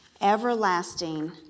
Everlasting